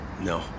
No